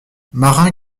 marin